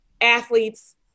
athletes